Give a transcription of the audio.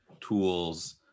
tools